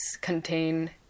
contain